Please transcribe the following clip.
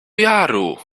jaru